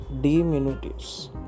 diminutives